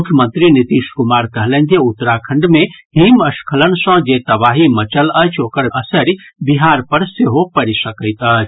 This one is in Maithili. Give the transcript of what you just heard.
मुख्यमंत्री नीतीश कुमार कहलनि जे उत्तराखंड मे हिमस्खलन सँ जे तबाही मचल अछि ओकर असरि बिहार पर सेहो पड़ि सकैत अछि